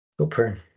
Super